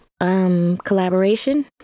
collaboration